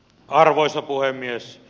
arvoisa puhemies